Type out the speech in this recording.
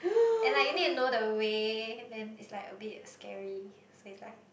and like you need to know the way then it's like a bit scary so it's like